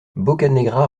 boccanegra